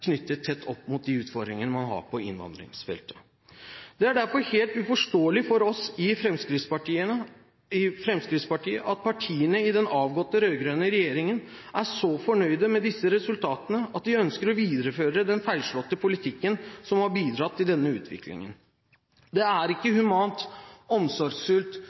knyttet tett opp mot de utfordringene man har på innvandringsfeltet. Det er derfor helt uforståelig for oss i Fremskrittspartiet at partiene i den avgåtte rød-grønne regjeringen er så fornøyd med disse resultatene at de ønsker å videreføre den feilslåtte politikken, som har bidratt til denne utviklingen. Det er ikke